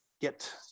get